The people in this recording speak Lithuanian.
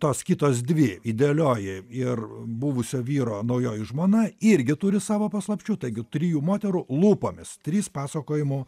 tos kitos dvi idealioji ir buvusio vyro naujoji žmona irgi turi savo paslapčių taigi trijų moterų lūpomis trys pasakojimo